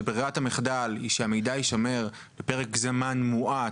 שברירת המחדל היא שהמידע יישמר לפרק זמן מועט,